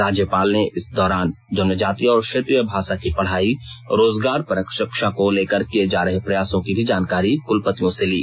राज्यपाल ने इस दौरान जनजातीय और क्षेत्रीय भाषा की पढाई और रोजगारपरक शिक्षा को लेकर किए जा रहे प्रयासों की भी जानकारी कलपतियों से ली